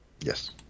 yes